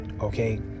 okay